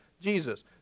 Jesus